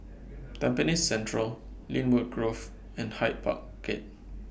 Tampines Central Lynwood Grove and Hyde Park Gate